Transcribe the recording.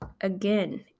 Again